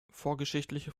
vorgeschichtliche